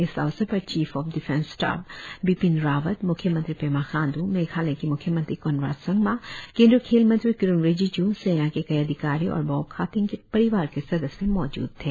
इस अवसर पर chief of defence staff Bipin Rawat म्ख्यमंत्री पेमा खाण्ड्र मेघालय के म्ख्यमंत्री कोनराड संगमा केंद्रीय खेल मंत्री किरेन रिजिजू सेना के कई अधिकारी और बॉब खाथिंग के परिवार के सदस्य मौजूद थे